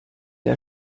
der